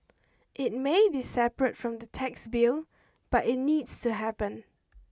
it may be separate from the tax bill but it needs to happen